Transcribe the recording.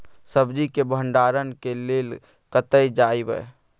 सब्जी के भंडारणक लेल कतय जायब?